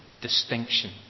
distinction